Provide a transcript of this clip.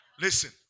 Listen